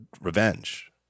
revenge